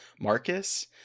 Marcus